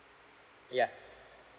yeah